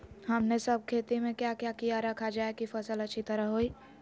हमने सब खेती में क्या क्या किया रखा जाए की फसल अच्छी तरह होई?